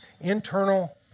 internal